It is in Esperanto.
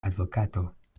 advokato